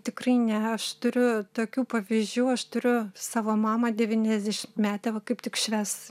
tikrai ne aš turiu tokių pavyzdžių aš turiu savo mamą devyniasdešimtmetę va kaip tik švęs